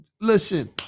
listen